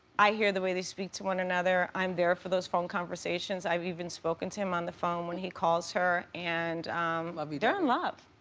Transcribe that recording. i hear the way they speak to one another, i'm there for those phone conversations, i've even spoken to him on the phone when he calls her. and lovey dovey. they're in love.